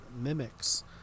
mimics